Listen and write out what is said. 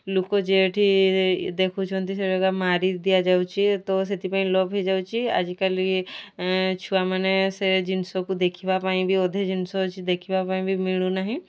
ଲୋକ ଯେଉଁଠି ଦେଖୁଛନ୍ତି ସେଗୁଡ଼ାକ ମାରି ଦିଆଯାଉଛି ତ ସେଥିପାଇଁ ଲୋପ ହୋଇଯାଉଛି ଆଜିକାଲି ଛୁଆମାନେ ସେ ଜିନିଷକୁ ଦେଖିବା ପାଇଁ ବି ଅଧେ ଜିନିଷ ଅଛି ଦେଖିବା ପାଇଁ ବି ମିଳୁନାହିଁ